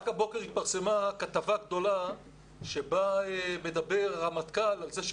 רק הבוקר התפרסמה כתבה גדולה בה מדבר הרמטכ"ל על כך שהוא